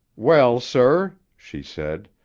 well, sir, she said,